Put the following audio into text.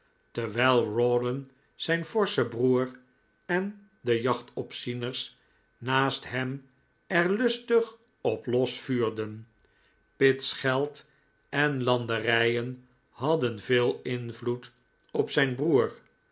terwijl rawdon zijnforsche broer en de jachtopzieners naast hem er lustig op los vuurden pitt's geld en landerijen hadden veel invloed op zijn broer